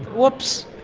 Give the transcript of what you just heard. oops?